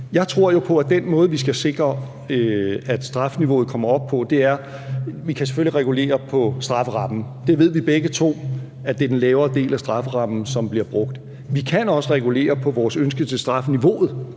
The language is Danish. I forhold til den måde, vi skal sikre at strafniveuaet kommer op på: Vi kan selvfølgelig regulere på strafferammen, og vi ved begge to, at det er den lavere del af strafferammen, som bliver brugt. Vi kan også regulere på vores ønske til strafniveauet